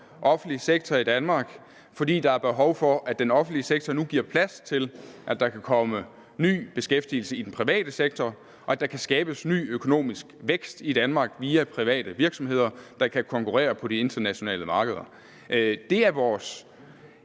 offentlig sektor i Danmark, fordi der er behov for, at den offentlige sektor nu giver plads til, at der kan komme ny beskæftigelse i den private sektor, og at der kan skabes ny økonomisk vækst i Danmark via private virksomheder, der kan konkurrere på de internationale markeder. Det er vores